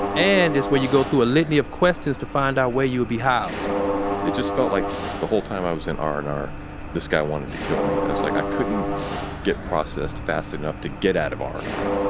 and it's where you go through a litany of questions to find out where you will be housed it just felt like the whole time i was in r and r this guy wanted to kill me. and it was like i couldn't get processed fast enough to get out of r and r.